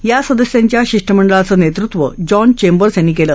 या सदस्यांच्या शिष्टमंडळाचं नेतृत्व जॉन चेम्बर्स यांनी केलं